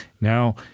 Now